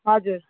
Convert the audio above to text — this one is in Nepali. हजुर